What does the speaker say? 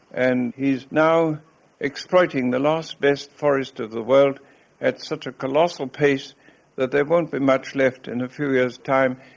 and he is now exploiting the last best forest of the world at such a colossal pace that there won't be much left in a few years' time.